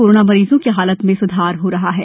corona मरीजों की हालत में सुधार हो रहा है